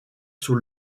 sur